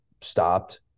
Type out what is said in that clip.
stopped